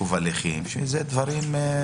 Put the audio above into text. עיכוב הליכים אלה דברים בסיסיים.